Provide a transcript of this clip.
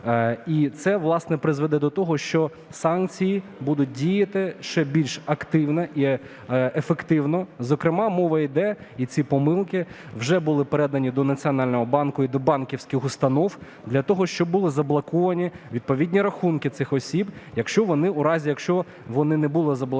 І це, власне, призведе до того, що санкції будуть діяти ще більш активно і ефективно. Зокрема, мова йде і ці помилки вже були передані до Національного банку і до банківських установ для того, щоб були заблоковані відповідні рахунки цих осіб, якщо вони у разі,